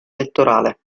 elettorale